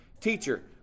Teacher